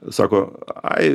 sako ai